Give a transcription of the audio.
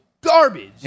garbage